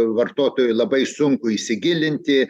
vartotojui labai sunku įsigilinti